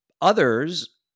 Others